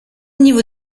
niveau